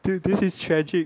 dude this is tragic